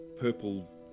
purple